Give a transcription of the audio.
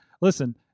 Listen